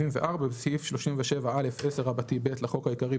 74. בסעיף 37א10(ב) לחוק העיקרי,